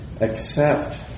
accept